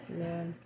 man